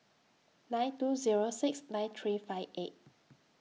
nine two Zero six nine three five eight